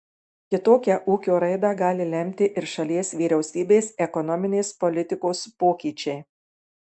kitokią ūkio raidą gali lemti ir šalies vyriausybės ekonominės politikos pokyčiai